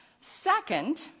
Second